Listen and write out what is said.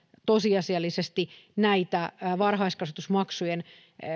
tosiasiallisesti näitä varhaiskasvatusmaksujen